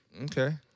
Okay